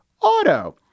auto